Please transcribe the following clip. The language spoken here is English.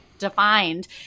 defined